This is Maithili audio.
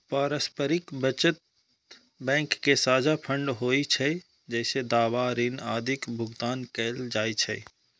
पारस्परिक बचत बैंक के साझा फंड होइ छै, जइसे दावा, ऋण आदिक भुगतान कैल जाइ छै